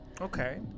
Okay